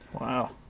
Wow